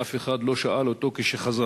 ואף אחד לא שאל אותו כשחזר,